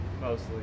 mostly